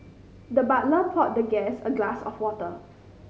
the butler poured the guest a glass of water